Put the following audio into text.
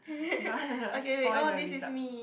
gonna spoil the results